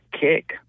kick